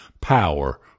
power